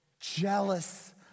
jealous